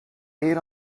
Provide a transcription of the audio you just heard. aid